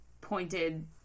pointed